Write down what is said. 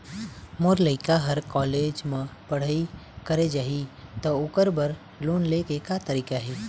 मोर लइका हर कॉलेज म पढ़ई करे जाही, त ओकर बर लोन ले के का तरीका हे?